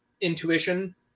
intuition